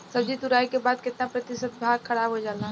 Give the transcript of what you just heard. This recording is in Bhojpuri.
सब्जी तुराई के बाद केतना प्रतिशत भाग खराब हो जाला?